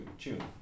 tune